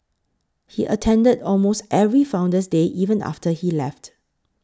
he attended almost every Founder's Day even after he left